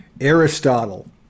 Aristotle